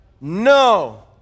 No